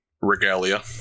regalia